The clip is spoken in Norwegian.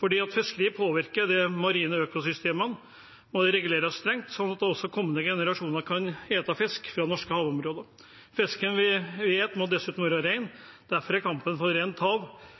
Fordi fisket påvirker de marine økosystemene, må det reguleres strengt, slik at også kommende generasjoner kan spise fisk fra norske havområder. Fisken vi spiser, må dessuten være ren. Derfor er kampen for rent hav,